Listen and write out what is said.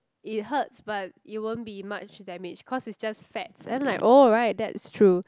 it hurts but it won't be much damage cause is just fats then like oh right that's true